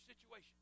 situation